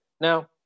Now